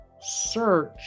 search